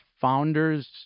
founders